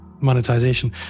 monetization